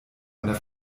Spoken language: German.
einer